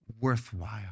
worthwhile